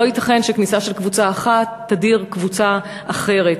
לא ייתכן שכניסה של קבוצה אחת תדיר קבוצה אחרת.